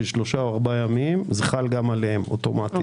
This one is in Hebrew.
שלושה או ארבעה ימים זה חל גם עליהם אוטומטית.